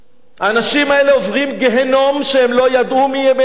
האנשים האלה עוברים גיהינום שהם לא ידעו מימיהם.